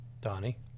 Donnie